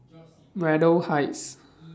Braddell Heights